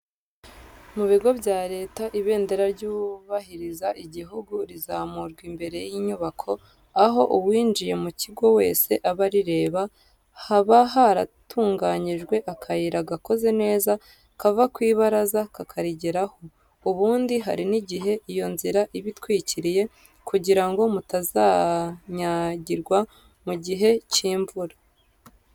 Mu bigo bya Leta, ibendera ryubahiriza ighugu rizamurwa imbere y'inyubako, aho uwinjiye mu kigo wese aba arireba, haba haratunganijwe akayira gakoze neza, kava ku ibaraza kakarigeraho; ubundi hari n'igihe iyo nzira iba itwikiriye kugira ngo mutazanyagirwa mu gihe cy'imvura.